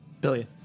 Billion